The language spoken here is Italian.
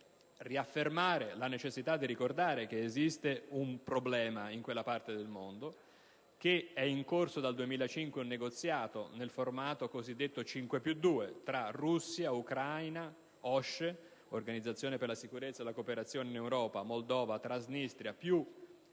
del giorno è la necessità di ricordare che esiste un problema in quella parte del mondo e che è in corso dal 2005 un negoziato nel formato cosiddetto 5+2, tra Russia, Ucraina, Organizzazione per la sicurezza e la cooperazione in Europa (OSCE), Moldova, Transnistria, più